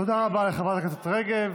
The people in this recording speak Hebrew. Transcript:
תודה רבה לחברת הכנסת רגב.